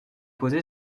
posé